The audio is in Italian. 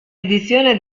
edizione